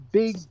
big